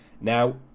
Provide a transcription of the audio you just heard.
Now